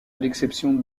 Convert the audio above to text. l’exception